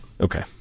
Okay